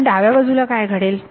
आता डाव्या बाजूला काय घडेल